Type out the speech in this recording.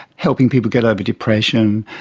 helping people get over depression,